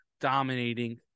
dominating